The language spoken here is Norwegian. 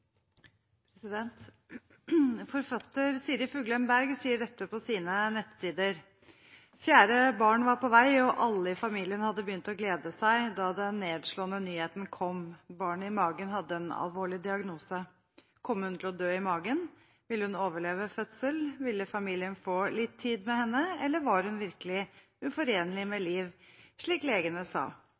forfatter Siri Fuglem Bergs bok om Evy Kristine heter det: «Fjerde barn var på vei og alle i familien hadde begynt å glede seg da den nedslående nyheten kom. Barnet i magen hadde en alvorlig diagnose. Kom hun til å dø i magen? Ville hun overleve fødsel? Ville familien få litt tid med henne, eller var hun virkelig uforenlig med liv, slik legene sa?